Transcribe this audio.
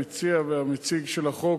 המציע והמציג של החוק,